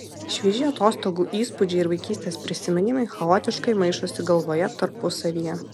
švieži atostogų įspūdžiai ir vaikystės prisiminimai chaotiškai maišosi galvoje tarpusavyje